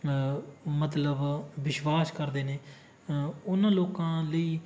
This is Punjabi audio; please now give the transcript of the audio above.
ਮਤਲਬ ਵਿਸ਼ਵਾਸ ਕਰਦੇ ਨੇ ਉਹਨਾਂ ਲੋਕਾਂ ਲਈ